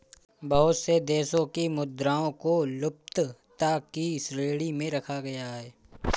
बहुत से देशों की मुद्राओं को लुप्तता की श्रेणी में रखा गया है